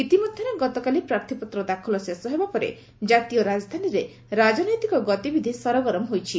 ଇତିମଧ୍ୟରେ ଗତକାଲି ପ୍ରାର୍ଥୀପତ୍ର ଦାଖଲ ଶେଷ ହେବା ପରେ କାତୀୟ ରାଜଧାନୀରେ ରାଜନୈତିକ ଗତିବିଧି ସରଗରମ ହୋଇଛି